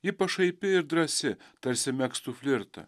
ji pašaipi ir drąsi tarsi megztų flirtą